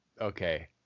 okay